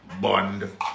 bond